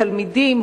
תלמידים,